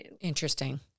Interesting